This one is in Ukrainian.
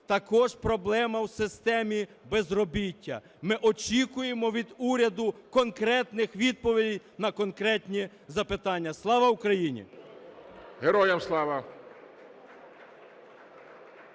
Також проблема у системі безробіття. Ми очікуємо від уряду конкретних відповідей на конкретні запитання. Слава Україні! ГОЛОВУЮЧИЙ.